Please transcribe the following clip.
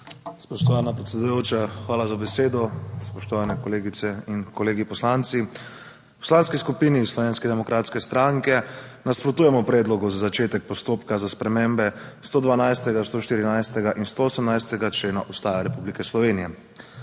Spoštovana predsedujoča, hvala za besedo. Spoštovane kolegice in kolegi poslanci. V Poslanski skupini Slovenske demokratske stranke nasprotujemo predlogu za začetek postopka za spremembe 112., 114. in 118. člena Ustave Republike Slovenije.